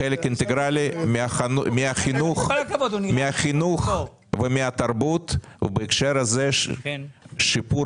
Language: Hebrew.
אינטגרלי מהחינוך ומהתרבות ובהקשר הזה שיפור